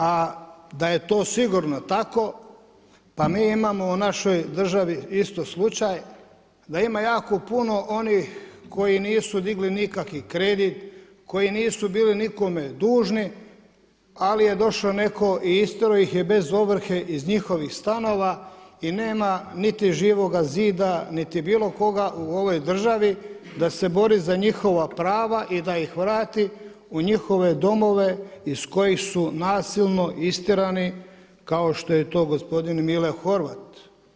A da je to sigurno tako pa mi imamo u našoj državi isto slučaj da ima jako puno onih koji nisu digli nikakvi kredit, koji nisu bili nikome dužni ali je došao netko i istjerao ih je bez ovrhe iz njihovih stanova i nema niti Živoga zida, niti bilo koga u ovoj državi da se bori za njihova prava i da ih vrati u njihove domove iz kojih su nasilno istjerani kao što je to gospodin Mile Horvat.